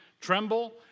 tremble